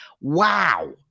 Wow